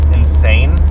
insane